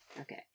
Okay